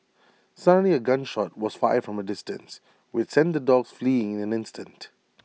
suddenly A gun shot was fired from A distance which sent the dogs fleeing in an instant